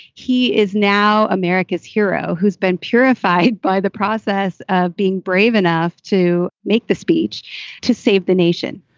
he is now america's hero who's been purified by the process of being brave enough to make the speech to save the nation.